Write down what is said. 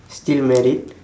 still married